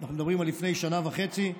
אנחנו מדברים על לפני שנה וחצי,